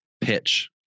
pitch